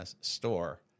store